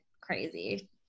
crazy